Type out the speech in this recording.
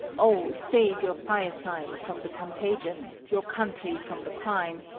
oh save your firesides from the contagion, your country from the crime,